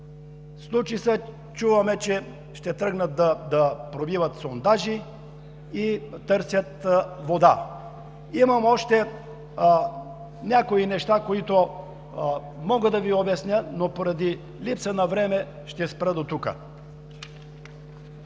случи се, чуваме, че ще тръгнат да пробиват сондажи и да търсят вода. Имам още някои неща, които мога да Ви обясня, но поради липса на време ще спра дотук.